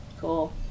cool